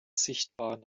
sichtbaren